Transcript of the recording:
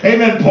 Amen